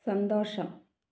സന്തോഷം